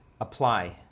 apply